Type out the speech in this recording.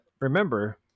remember